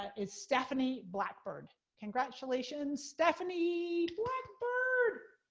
ah is stephanie blackbird. congratulations, stephanie blackbird!